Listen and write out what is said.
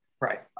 right